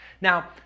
Now